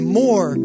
more